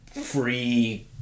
free